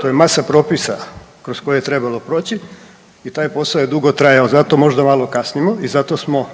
To je masa propisa kroz koje je trebalo proći i taj posao je dugo trajao, zato možda malo kasnimo i zato smo